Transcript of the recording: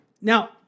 Now